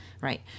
Right